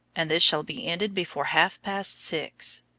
and this shall be ended before half-past six.